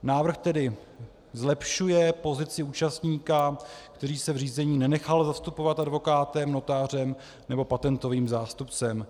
Návrh tedy zlepšuje pozici účastníka, který se v řízení nenechal zastupovat advokátem, notářem nebo patentovým zástupcem.